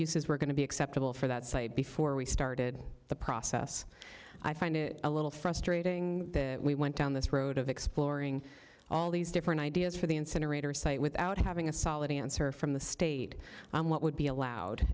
uses were going to be acceptable for that site before we started the process i find it a little frustrating that we went down this road of exploring all these different ideas for the incinerator site without having a solid answer from the state on what would be allowed